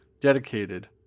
dedicated